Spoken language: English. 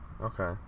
Okay